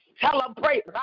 celebrate